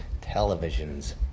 television's